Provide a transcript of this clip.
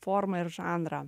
formą ir žanrą